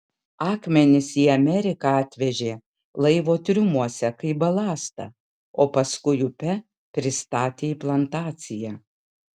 akmenis į ameriką atvežė laivo triumuose kaip balastą o paskui upe pristatė į plantaciją